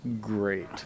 great